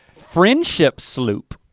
friendship sloop.